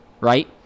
right